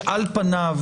שעל פניו,